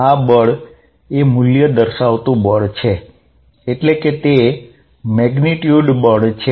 આ બળ એ મુલ્ય દર્શાવતું બળ છે એટલે કે તે મેગ્નિટ્યુડ બળ છે